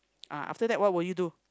uh after that what would you do